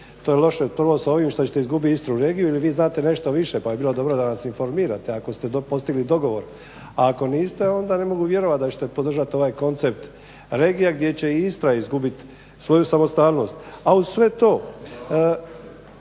To je loše, prvo s ovim što ćete izgubiti Istru regiju ili vi znate nešto više pa bi bilo dobro da nas informirate ako ste postigli dogovor, ako niste onda ne mogu vjerovat da ćete podržati ovaj koncept regija gdje će Istra izgubit svoju samostalnost. A uz sve to